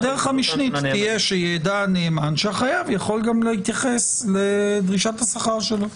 הדרך הרשמית תהיה שהנאמן יידע שהחייב יכול גם להתייחס לדרישת השכר שלו.